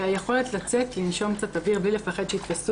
והיכולת לצאת לנשום קצת אוויר בלי לפחד שיתפסו